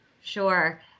Sure